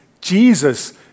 Jesus